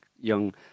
young